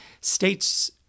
states